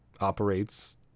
operates